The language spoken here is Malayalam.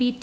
P T